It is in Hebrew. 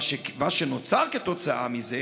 מה שנוצר כתוצאה מזה